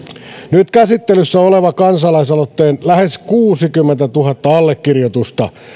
nyt käsittelyssä olevan kansalaisaloitteen lähes kuusikymmentätuhatta allekirjoitusta